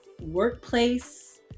workplace